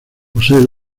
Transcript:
posee